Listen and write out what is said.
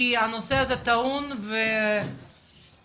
כי הנושא הזה טעון ורגיש